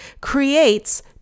creates